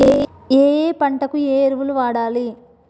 ఏయే పంటకు ఏ ఎరువులు వాడాలి?